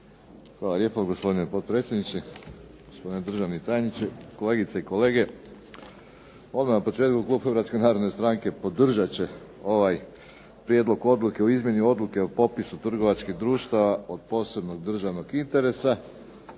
Hvala lijepo gospodine potpredsjedniče, gospodine državni tajniče, kolegice i kolege. Odmah na početku Klub Hrvatske narodne stranke podržat će ovaj Prijedlog odluke o izmjeni Odluke o popisu trgovačkih društava od posebnog državnog interesa